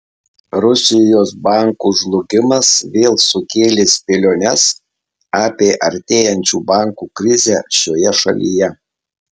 rusijos bankų žlugimas vėl sukėlė spėliones apie artėjančių bankų krizę šioje šalyje